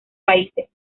países